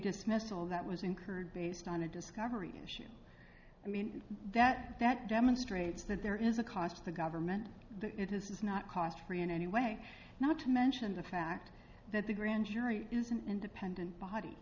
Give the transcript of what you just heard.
dismissal that was incurred based on a discovery issue i mean that that demonstrates that there is a cost to the government that it is not cost free in any way not to mention the fact that the grand jury is an independent body